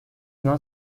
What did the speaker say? not